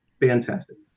fantastic